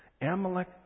Amalek